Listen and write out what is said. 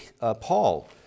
Paul